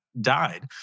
died